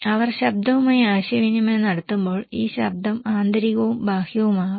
അവർ ശബ്ദവുമായി ആശയവിനിമയം നടത്തുമ്പോൾ ഈ ശബ്ദം ആന്തരികവും ബാഹ്യവുമാകാം